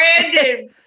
Brandon